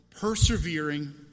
persevering